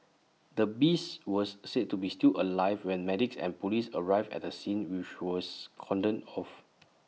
the beast was said to be still alive when medics and Police arrived at the scene which was cordoned off